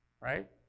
right